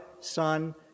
Son